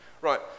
Right